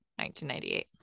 1998